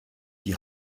die